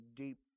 deep